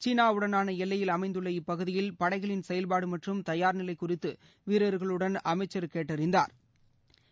சீனாவுடனாள எல்லையில் அமைந்துள்ள இப்பகுதியில் படைகளின் செயல்பாடு மற்றும் தயார்நிலை குறித்து வீரர்களுடன் அமைச்சர் கேட்டறிந்தாா்